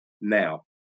Now